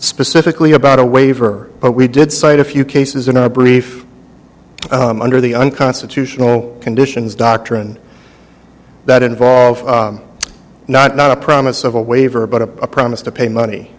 specifically about a waiver but we did cite a few cases in our brief under the unconstitutional conditions doctrine that involved not not a promise of a waiver but a promise to pay money